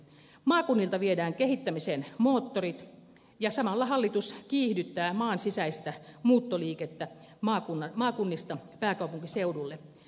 maakunnilta viedään kehittämisen moottorit ja samalla hallitus kiihdyttää maan sisäistä muuttoliikettä maakunnista pääkaupunkiseudulle